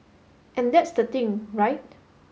and that's the thing right